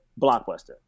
blockbuster